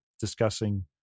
discussing